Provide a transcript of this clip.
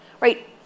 right